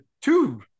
two